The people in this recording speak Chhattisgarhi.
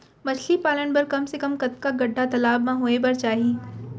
मछली पालन बर कम से कम कतका गड्डा तालाब म होये बर चाही?